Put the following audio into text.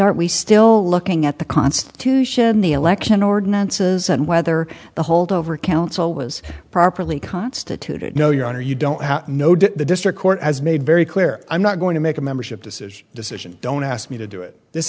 aren't we still looking at the constitution the election ordinances and whether the holdover council was properly constituted no your honor you don't know did the district court has made very clear i'm not going to make a membership decision decision don't ask me to do it this